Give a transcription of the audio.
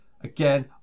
again